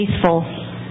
faithful